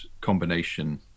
combination